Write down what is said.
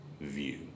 view